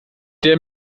der